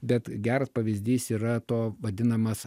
bet geras pavyzdys yra to vadinamas